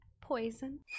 poison